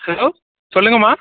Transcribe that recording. hello சொல்லுங்களம்மா